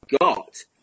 got